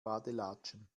badelatschen